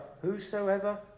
whosoever